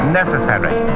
necessary